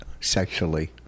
sexually